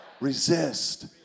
Resist